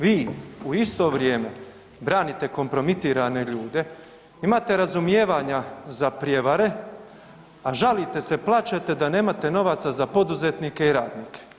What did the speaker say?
Vi u isto vrijeme branite kompromitirane ljude, imate razumijevanja za prijevare, a žalite se, plačete da nemate novaca za poduzetnike i radnike.